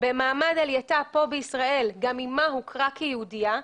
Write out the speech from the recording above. במעמד עלייתה פה בישראל גם אימה הוכרה כיהודייה,